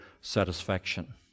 satisfaction